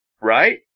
right